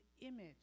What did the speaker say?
image